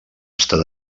estar